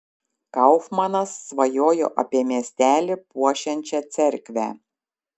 kaufmanas svajojo apie miestelį puošiančią cerkvę